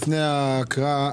לפני ההקראה,